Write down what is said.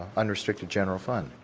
unrestricted general fund.